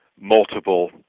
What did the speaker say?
multiple